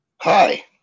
hi